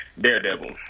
Daredevil